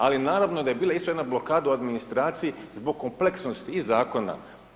Ali naravno da je bila isto jedna blokada u administraciji zbog kompleksnosti i zakona.